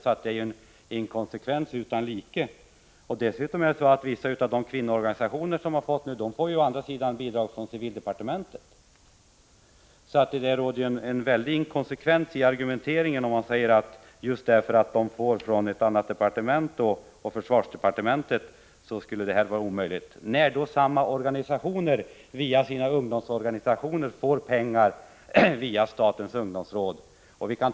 Det är alltså en inkonsekvens utan like. Dessutom är det så att vissa av de kvinnoorganisationer som nu har fått bidrag ur fredslotteriet å andra sidan får bidrag från civildepartementet. Det föreligger alltså en väldig inkonsekvens i argumenteringen om man säger att just därför att organisationerna får bidrag från ett annat departement — försvarsdepartementet — skulle det här vara omöjligt. Samma organisationer får ju tack vare sina ungdomsorganisationer pengar via statens ungdomsråd.